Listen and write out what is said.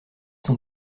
sont